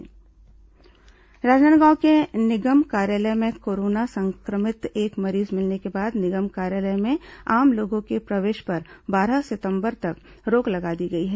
corona खबर राजनांदगांव के निगम कार्यालय में कोरोना संक्रमित एक मरीज मिलने के बाद निगम कार्यालय में आम लोगों के प्रवेश पर बारह सितंबर तक रोक लगा दी गई है